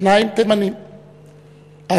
שניים תימנים אסליים,